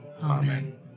Amen